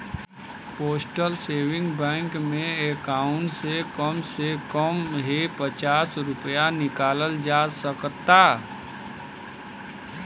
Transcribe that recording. postal saving bank में account से कम से कम हे पचास रूपया निकालल जा सकता